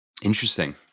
Interesting